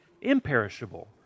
imperishable